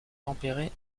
tempérées